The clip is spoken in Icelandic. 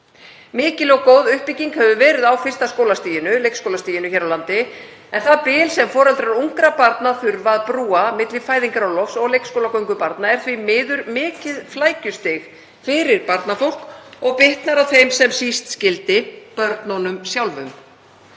Mikil og góð uppbygging hefur verið á fyrsta skólastiginu, leikskólastiginu, hér á landi en það bil sem foreldrar ungra barna þurfa að brúa milli fæðingarorlofs og leikskólagöngu barna er því miður mikið flækjustig fyrir barnafólk og bitnar á þeim sem síst skyldi, börnunum sjálfum.